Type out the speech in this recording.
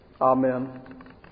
Amen